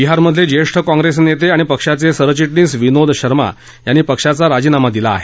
बिहारमधले ज्येष्ठ काँप्रेस नेते आणि पक्षाचे सरचिटणीस विनोद शर्मा यांनी पक्षाचा राजीनामा दिला आहे